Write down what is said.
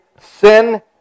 Sin